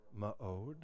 ma'od